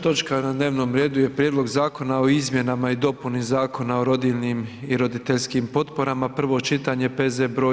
točka na dnevnom redu je: - Prijedlog zakona o izmjenama i dopuni Zakona o rodiljnim i roditeljskim potporama, prvo čitanje, P.Z. br.